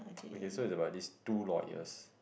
okay so is about this two lawyers